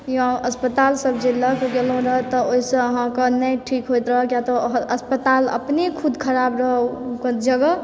या हस्पताल सब जे लअ कए गेलहुँ रऽ तऽ ओहिसँ अहाँके नहि ठीक होइत रहै कियाकि तऽ अस्पताल अपने खुद खराब रहै ओ जगह